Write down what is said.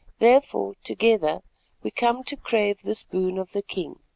therefore together we come to crave this boon of the king.